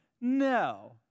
no